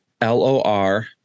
L-O-R